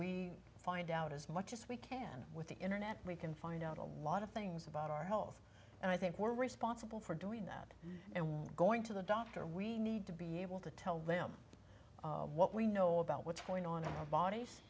we find out as much as we can with the internet we can find out a lot of things about our health and i think we're responsible for doing that and going to the doctor we need to be able to tell them what we know about what's going on in the bodies